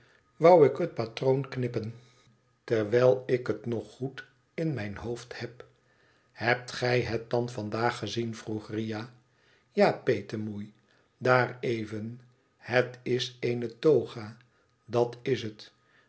wou ik het patroon knippen terwijl ik het nog goed in mijn hoofd heb thebt gij het dan vandaag gezien vroeg riah ja petemoei daar even het is eene toga dat is het